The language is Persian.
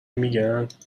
میگن